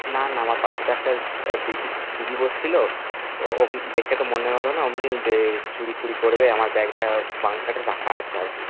না না আমার পাশে তো একটা দিদি দিদি বসছিলো ও ও দেখে তো মনে হলো না ওমনি যে চুরি ফুরি করবে আমার ব্যাগটা বাংকারে রাখা আছে আর কি